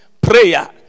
prayer